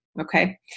Okay